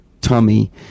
tummy